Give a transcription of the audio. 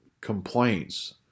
complaints